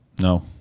No